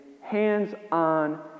Hands-on